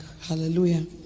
Hallelujah